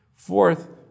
Fourth